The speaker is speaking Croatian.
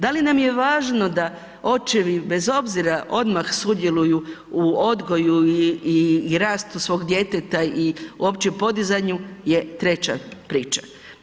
Da li nam je važno da, očevi, bez obzira, odmah sudjeluju u odgoju i rastu svog djeteta i uopće podizanju je treća priča.